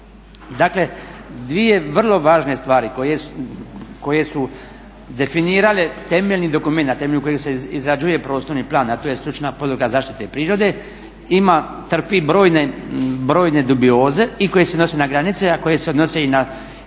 Dakle dvije vrlo važne stvari koje su definirale temeljni dokumenat na temelju kojeg se izrađuje prostorni plan, a to je stručna podloga zaštite prirode trpi brojne dubioze i koje se odnose na granice, a koje se odnose i na